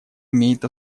имеет